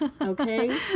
okay